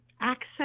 access